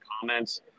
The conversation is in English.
comments